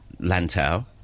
Lantau